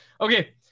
Okay